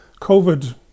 COVID